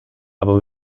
aber